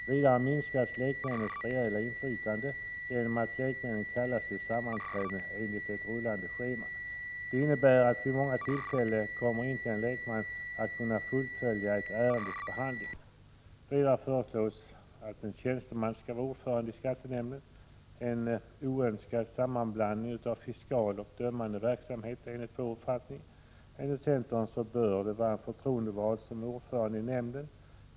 Vidare minskas lekmännens reella inflytande genom att lekmännen kallas till sammanträden enligt ett rullande schema. Detta innebär att vid många tillfällen kommer inte en lekman att fullfölja ett ärendes behandling. Vidare föreslås att en tjänsteman skall vara ordförande i skattenämnden. Detta är en oönskad sammanblandning av fiskal och dömande verksamhet, enligt vår uppfattning. Enligt centern bör det vara en förtroendevald som är ordförande i nämnden.